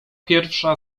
pierwsza